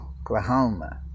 Oklahoma